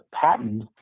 patent